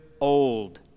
old